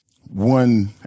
one